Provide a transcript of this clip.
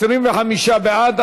25 בעד.